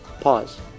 pause